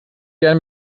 gerne